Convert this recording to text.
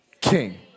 king